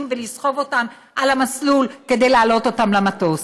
ולסחוב אותם על המסלול כדי להעלות אותם למטוס.